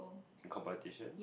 competition